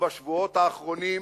בשבועות האחרונים,